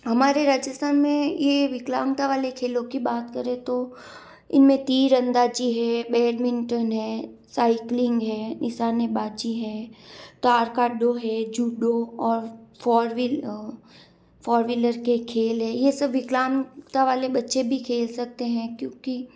हमारे राजस्थान में ये विकलांगता वाले खेलों की बात करें तो इनमें तीर अंदाजी है बैडमिंटन है साइकिलिंग है निशानेबाजी है तारकाड़ो है जूडो और फोरवील फोर व्हीलर के खेल है ये सब विकलांगता वाले बच्चे भी खेल सकते हैं क्योंकि